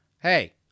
hey